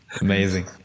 Amazing